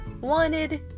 wanted